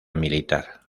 militar